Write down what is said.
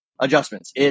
adjustments